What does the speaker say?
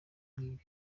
nk’ibi